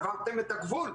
עברתם את הגבול,